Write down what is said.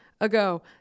ago